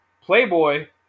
playboy